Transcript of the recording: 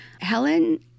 Helen